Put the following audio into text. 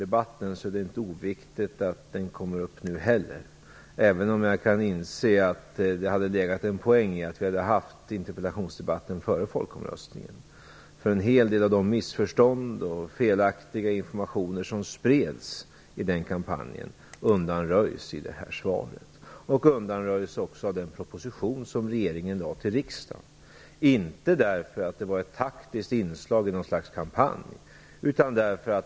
Det är inte oviktigt att den här debatten nu tas upp, även om jag kan inse att det hade legat en poäng i att vi haft interpellationsdebatten före folkomröstningen, eftersom en hel del av de missförstånd och felaktiga informationer som spreds i den kampanjen undanröjs av detta svar och även av den proposition som regeringen lade fram inför riksdagen. Det var inte något taktiskt inslag i något slags kampanj.